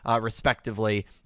respectively